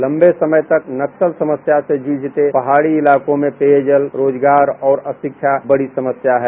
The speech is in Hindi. लम्बे समय तक नक्सल समस्या से जूझते पहाड़ी इलाको में पेयजल रोजगार और अशिक्षा बड़ी समस्या है